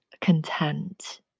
content